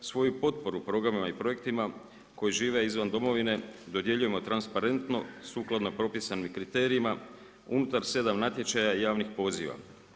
Svoju potporu programa i projektima koji žive izvan domovine, dodjeljujemo transparentno, sukladno propisanim kriterijima unutar 7 natječaja javnih poziva.